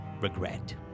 regret